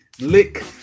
lick